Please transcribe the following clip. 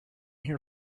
here